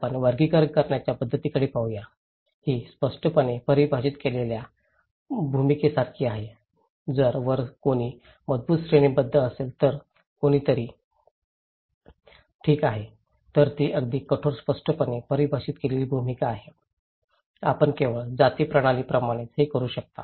आपण वर्गीकरण करण्याच्या पध्दतीकडे पाहूया ही स्पष्टपणे परिभाषित केलेल्या भूमिकेसारखी आहे जर वर कोणी मजबूत श्रेणीबद्ध असेल तर कुणीतरी ठीक आहे तर ती अगदी कठोर स्पष्टपणे परिभाषित केलेली भूमिका आहे आपण केवळ जाती प्रणालीप्रमाणेच हे करू शकता